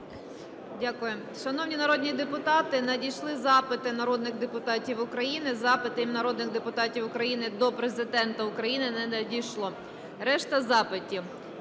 Дякую. Шановні народні депутати, надійшли запити народних депутатів України. Запитів народних депутатів України до Президента України не надійшло. Решта запитів.